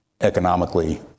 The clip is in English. economically